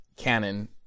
Canon